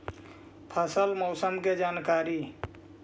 फसल मौसम के जानकारी?